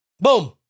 Boom